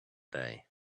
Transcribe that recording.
day